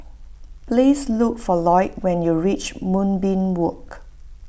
please look for Lloyd when you reach Moonbeam Walk